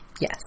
Yes